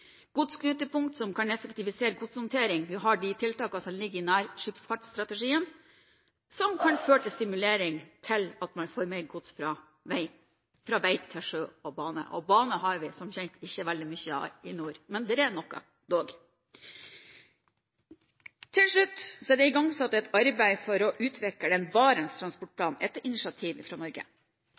godsknutepunkt som kan effektivisere godshåndtering. Vi har tiltakene som ligger nær skipsfartsstrategien, som kan føre til stimulering til at man får mer gods fra vei til sjø og bane – bane har vi som kjent ikke veldig mye av i nord, men det er noe, dog. Til slutt: Det er igangsatt et arbeid for å utvikle en Barents transportplan etter initiativ fra Norge.